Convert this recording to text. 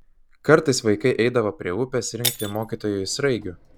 kartais vaikai eidavo prie upės rinkti mokytojui sraigių